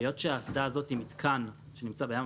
היות שהאסדה הזאת היא מתקן שנמצא בים,